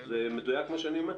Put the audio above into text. זה מדויק, מה שאני אומר?